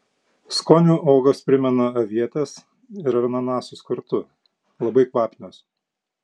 skoniu uogos primena avietes ir ananasus kartu labai kvapnios